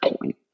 point